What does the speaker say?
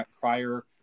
prior